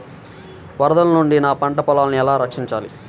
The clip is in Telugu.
వరదల నుండి నా పంట పొలాలని ఎలా రక్షించాలి?